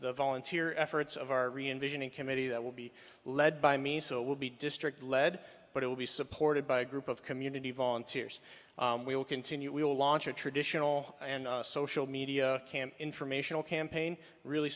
the volunteer efforts of our reinvention in committee that will be led by me so it will be district led but it will be supported by a group of community volunteers we will continue we will launch a traditional and social media campaign informational campaign really